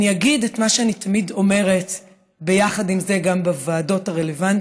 אני אגיד את מה שאני תמיד אומרת יחד עם זה גם בוועדות הרלוונטיות: